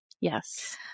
Yes